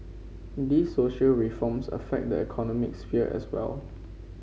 these social reforms affect the economic sphere as well